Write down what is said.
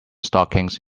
stockings